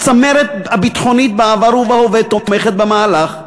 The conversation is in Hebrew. הצמרת הביטחונית בעבר ובהווה תומכת במהלך,